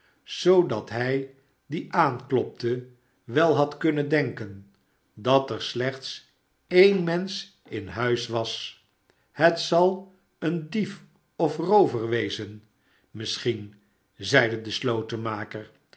zoodat hij die aanklopte wel had kunnen denken dat er slechts e'en mensch in huis was shet zal een dief of roover wezen misschien zeide de